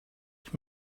ich